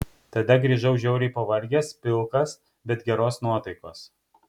tada grįžau žiauriai pavargęs pilkas bet geros nuotaikos